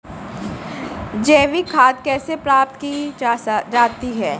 जैविक खाद कैसे प्राप्त की जाती है?